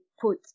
put